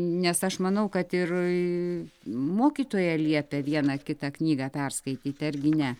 nes aš manau kad ir mokytoja liepia vieną kitą knygą perskaityti argi ne